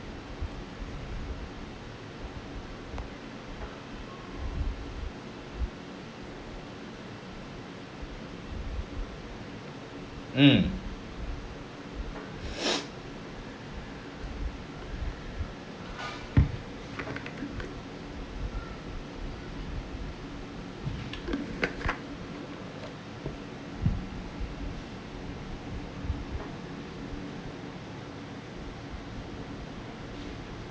mm